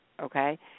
okay